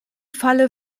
falle